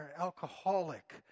alcoholic